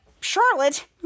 Charlotte